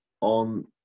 on